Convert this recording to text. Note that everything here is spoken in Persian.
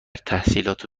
تحصیلاتو